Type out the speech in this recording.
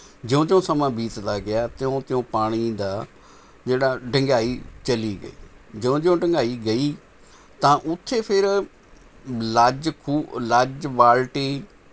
ਜਿਉਂ ਜਿਉਂ ਸਮਾਂ ਬੀਤਦਾ ਗਿਆ ਤਿਉਂ ਤਿਉਂ ਪਾਣੀ ਦਾ ਜਿਹੜਾ ਡੂੰਘਾਈ ਚਲੀ ਗਈ ਜਿਉਂ ਜਿਉਂ ਡੂੰਘਾਈ ਗਈ ਤਾਂ ਉੱਥੇ ਫਿਰ ਲੱਜ ਲੱਜ ਬਾਲਟੀ